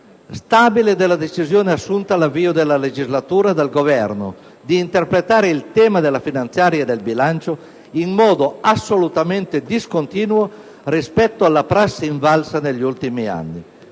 stabile della decisione assunta all'avvio della legislatura dal Governo di interpretare il tema della finanziaria e del bilancio in modo assolutamente discontinuo rispetto alla prassi invalsa negli ultimi anni.